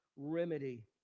remedy